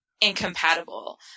incompatible